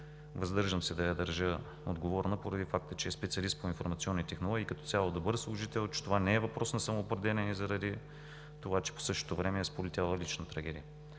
Въздържам се да я държа отговорна, поради факта че е специалист по информационни технологии и като цяло добър служител, че това не е въпрос на самоопределяне, заради това че по същото време я е сполетяла лична трагедия.